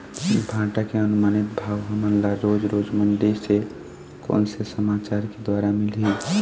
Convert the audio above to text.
भांटा के अनुमानित भाव हमन ला रोज रोज मंडी से कोन से समाचार के द्वारा मिलही?